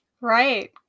Right